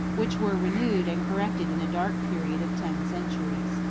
which were renewed and corrected in a dark period of ten centuries.